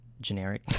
generic